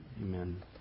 Amen